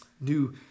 new